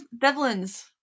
Devlin's